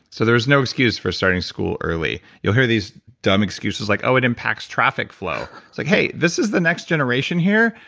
so, there's no excuse for starting school early. you've heard these dumb excuses like, oh, it impacts traffic flow. it's like hey, this is the next generation here.